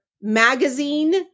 magazine